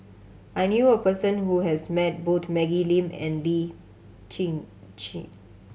I knew a person who has met both Maggie Lim and Lee Tjin